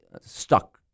stuck